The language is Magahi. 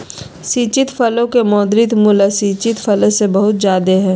सिंचित फसलो के मौद्रिक मूल्य असिंचित फसल से बहुत जादे हय